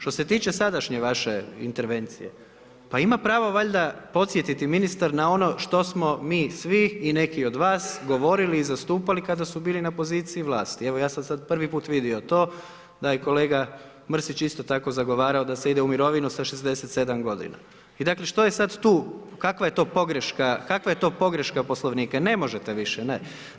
Štose tiče sadašnje vaše intervencije, pa ima pravo valjda podsjetiti ministar na ono što mi svi i neki od vas govorili i zastupali kada su bili na poziciji vlasti, evo ja sam sad prvi put vidio to da je kolega Mrsić isto tako zagovarao da se ide u mirovinu sa 67 g. I dakle što je sad tu, kakva je to pogreška Poslovnika? … [[Upadica sa strane, ne razumije se.]] Ne možete više, ne.